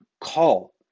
call